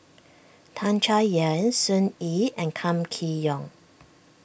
Tan Chay Yan Sun Yee and Kam Kee Yong